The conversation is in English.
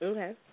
Okay